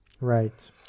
Right